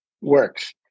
works